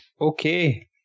Okay